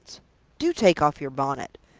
do take off your bonnet.